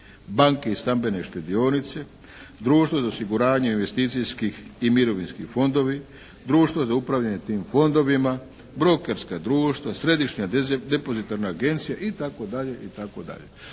banke i stambene štedionice, društvo za osiguranje investicijskih i mirovinski fondovi, društvo za upravljanje tim fondovima, brokerska društva, središnja depozitarna agencija i tako